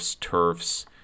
turfs